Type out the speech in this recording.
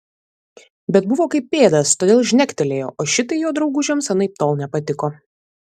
bet buvo kaip pėdas todėl žnektelėjo o šitai jo draugužiams anaiptol nepatiko